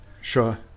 Sure